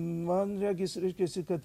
man regis reiškiasi kad